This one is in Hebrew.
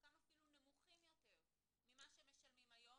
חלקם אפילו נמוכים יותר ממה שמשלמים היום